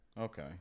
Okay